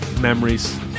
memories